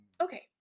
Okay